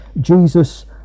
Jesus